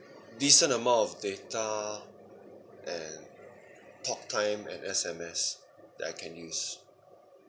decent amount of data and talk time and S_M_S that I can use